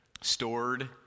Stored